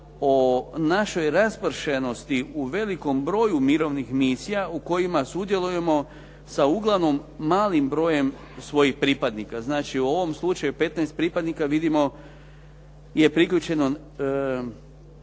o našoj raspršenosti u velikom broju mirovnih misija u kojima sudjelujemo sa uglavnom malim brojem svojih pripadnika. Znači, u ovom slučaju 15 pripadnika vidimo je priključeno